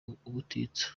ubutitsa